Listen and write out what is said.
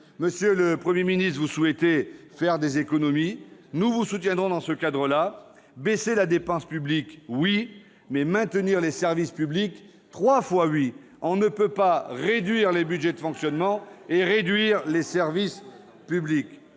Monsieur le Premier ministre, vous souhaitez faire des économies : nous vous soutiendrons. Baisser la dépense publique, oui ! Mais maintenir les services publics, trois fois oui ! On ne peut pas réduire les budgets de fonctionnement et réduire les services publics.